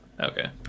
Okay